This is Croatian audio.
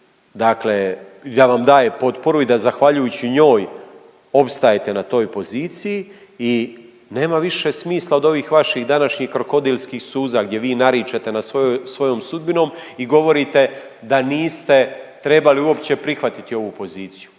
dakle, da vam daje potporu i da zahvaljujući njoj opstajete na toj poziciji i nema više smisla od ovih vaših današnjih krokodilskih suza, gdje vi naričete nad svojom sudbinom i govorite da niste trebali uopće prihvatiti ovu poziciju.